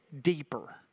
deeper